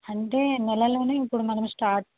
అంటే నెలలో ఇప్పుడు మనం స్టార్ట్